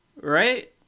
right